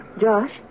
Josh